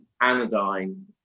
anodyne